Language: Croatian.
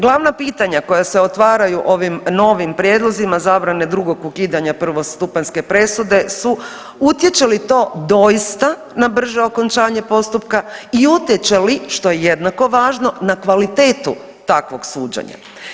Glavna pitanja koja se otvaraju ovim novim prijedlozima zabrane drugog ukidanja prvostupanjske presude su utječe li to doista na brže okončanje postupka i utječe li što je jednako važno na kvalitetu takvog suđenja.